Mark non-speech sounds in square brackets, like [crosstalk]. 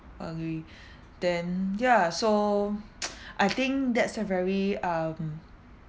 agree [breath] then ya so [noise] I think that's a very um